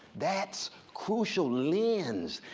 that crucial lens,